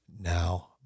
now